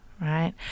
right